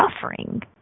suffering